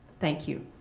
thank you.